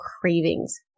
cravings